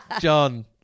John